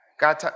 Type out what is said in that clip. God